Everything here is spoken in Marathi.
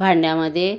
भांड्यामधे